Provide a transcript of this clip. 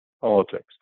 politics